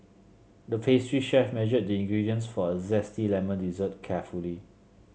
the pastry chef measured the ingredients for a zesty lemon dessert carefully